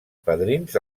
padrins